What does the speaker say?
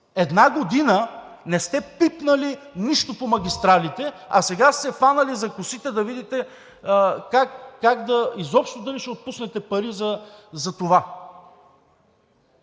Една година не сте пипнали нищо по магистралите, а сега сте се хванали за косите да видите изобщо дали ще отпуснете пари за това.